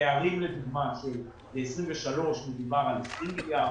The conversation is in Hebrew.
פערים לדוגמה כאשר ב-2023 מדובר על 20 מיליארד,